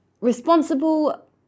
responsible